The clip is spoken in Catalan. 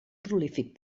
prolífic